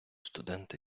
студенти